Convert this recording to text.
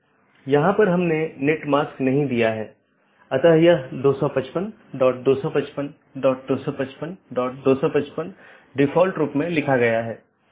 इसलिए यदि यह बिना मान्यता प्राप्त वैकल्पिक विशेषता सकर्मक विशेषता है इसका मतलब है यह बिना किसी विश्लेषण के सहकर्मी को प्रेषित किया जा रहा है